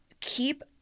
keep